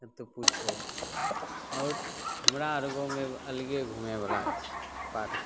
तोँ पुछहो आओर हमरा गाममे एगो अलगे घुमैवला छै पार्क